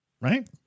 Right